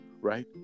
right